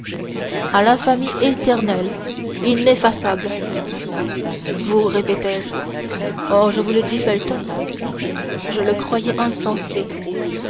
à l'infamie éternelle ineffaçable vous répétai-je oh je vous le dis felton je le croyais insensé